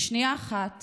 בשנייה אחת